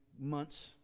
months